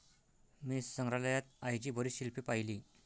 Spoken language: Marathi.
मी संग्रहालयात आईची बरीच शिल्पे पाहिली